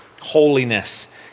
holiness